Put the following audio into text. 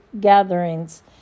gatherings